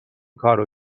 کارو